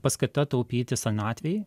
paskata taupyti senatvei